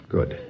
Good